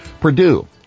Purdue